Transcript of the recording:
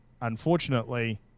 unfortunately